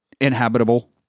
inhabitable